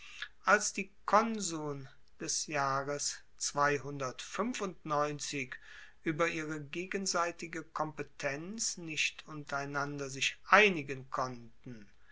als die konsuln des jahres ueber ihre gegenseitige kompetenz nicht untereinander sich einigen konnten